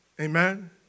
Amen